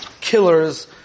killers